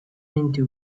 into